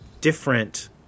different